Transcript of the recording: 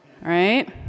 Right